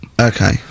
Okay